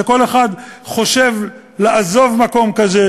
שכל אחד חושב לעזוב מקום כזה,